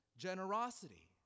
generosity